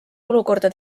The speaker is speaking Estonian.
olukorda